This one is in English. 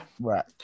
Right